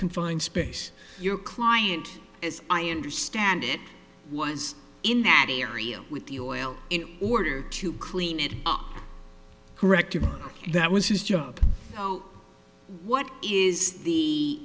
confined space your client is i understand it was in that area with the oil in order to clean it up corrective that was his job so what is the